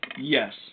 yes